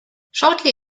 shortly